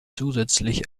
zusätzlich